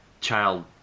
child